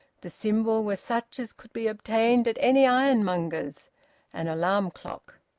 the symbol was such as could be obtained at any ironmonger's an alarm clock.